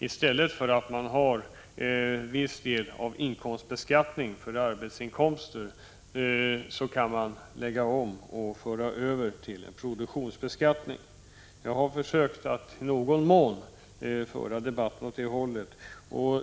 I stället för att ha inkomstbeskattning för arbetsinkomster kan man lägga om det hela och föra över viss del på produktionsbeskattning. Jag har försökt att i någon mån föra debatten åt det hållet.